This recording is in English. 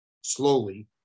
Slowly